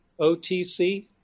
otc